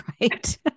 Right